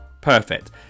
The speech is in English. Perfect